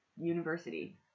university